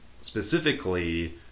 specifically